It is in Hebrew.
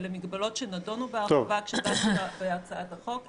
אלה מגבלות שנדונו בעבר בהצעת החוק.